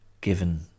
given